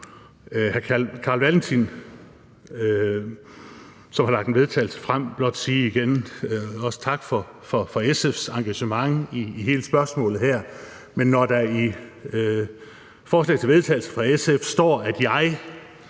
hr. Carl Valentin, som har fremsat et forslag til vedtagelse, blot igen sige tak for SF's engagement i hele spørgsmålet her, men når der i forslaget til vedtagelse står, at jeg